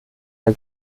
der